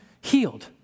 healed